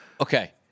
Okay